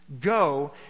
go